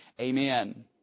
Amen